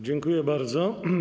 Dziękuję bardzo.